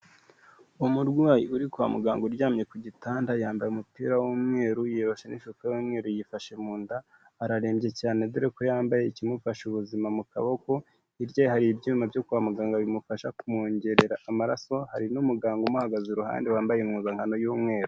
Umurwayi uri kwa muganga uryamye ku gitanda, yambaye umupira w'umweru, yiyoroshe n'ishuka y'umweru, yifashe mu nda, ararembye cyane dore ko yambaye ikimufasha ubuzima mu kaboko, hirya ye hari ibyuma byo kwa muganga bimufasha kumwongerera amaraso, hari n'umuganga umuhagaze iruhande wambaye impuzankano y'umweru.